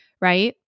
right